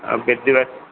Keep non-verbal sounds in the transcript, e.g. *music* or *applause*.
ହଉ ଦେଖିବା *unintelligible*